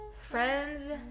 friends